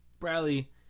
bradley